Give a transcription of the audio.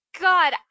God